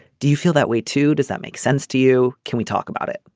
do you feel that way too does that make sense to you can we talk about it